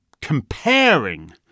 comparing